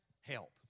help